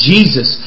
Jesus